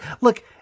Look